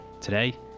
Today